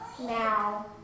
now